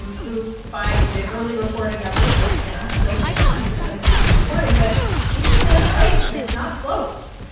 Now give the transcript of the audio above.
and who by the early reported numbers it's, you know, still sixty two percent of precincts reporting. but he's in fourth place, and it's not close.